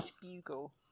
Bugle